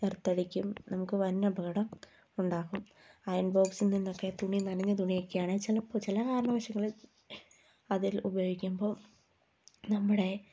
earth അടിക്കും നമുക്ക് വൻ അപകടം ഉണ്ടാകും ഐയൺ ബോക്സിൽ നിന്നൊക്കെ തുണി നനഞ്ഞ തുണിയൊക്കെ ആണേ ചിലപ്പോൾ ചില കാരണവശങ്ങളിൽ അതിൽ ഉപയോഗിക്കുമ്പോൾ നമ്മളെ